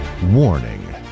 Warning